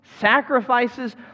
sacrifices